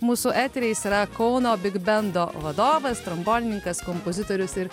mūsų etery jis yra kauno bigbendo vadovas trombonininkas kompozitorius ir